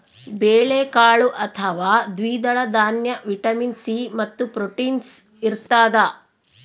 ಬೇಳೆಕಾಳು ಅಥವಾ ದ್ವಿದಳ ದಾನ್ಯ ವಿಟಮಿನ್ ಸಿ ಮತ್ತು ಪ್ರೋಟೀನ್ಸ್ ಇರತಾದ